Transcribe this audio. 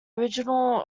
original